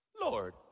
Lord